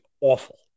awful